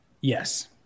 yes